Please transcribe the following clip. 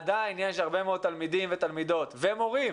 עדיין יש הרבה מאוד תלמידים, תלמידות ומורים